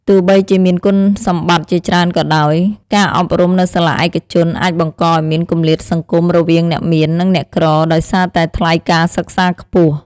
ទោះបីជាមានគុណសម្បត្តិជាច្រើនក៏ដោយ ការអប់រំនៅសាលាឯកជនអាចបង្កឱ្យមានគម្លាតសង្គមរវាងអ្នកមាន និងអ្នកក្រដោយសារតែថ្លៃការសិក្សាខ្ពស់។